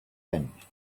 tent